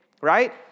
right